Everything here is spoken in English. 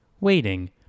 waiting